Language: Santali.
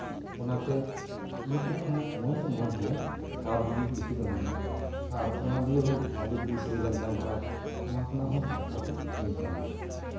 ᱚᱱᱟᱛᱮ ᱤᱭᱩᱴᱤᱭᱩᱵᱽ ᱦᱚᱸ ᱢᱚᱡᱽ ᱫᱚ ᱢᱚᱡᱽ ᱜᱮᱭᱟ ᱠᱷᱟᱨᱟᱯ ᱫᱤᱠ ᱵᱮᱥᱤ ᱫᱚ ᱢᱮᱱᱟᱜᱼᱟ ᱟᱨ ᱚᱱᱟ ᱫᱤᱭᱮ ᱦᱚᱸ ᱵᱷᱟᱞᱮ ᱵᱷᱤᱭᱩᱥ ᱦᱩᱭ ᱞᱮᱱ ᱛᱟᱢ ᱠᱷᱟᱱ ᱚᱱᱟ ᱠᱷᱚᱱᱟᱜ ᱦᱚᱸ ᱴᱟᱠᱟ ᱠᱚ ᱤᱱᱠᱟᱢ ᱫᱟ